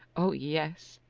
oh, yes.